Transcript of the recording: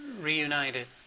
reunited